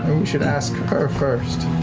we should ask her first.